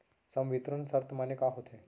संवितरण शर्त माने का होथे?